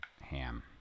ham